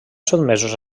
sotmesos